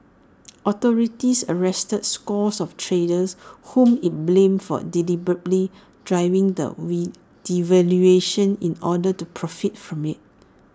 authorities arrested scores of traders whom IT blamed for deliberately driving the we devaluation in order to profit from IT